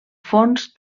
fons